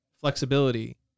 flexibility